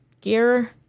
gear